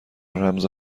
رمز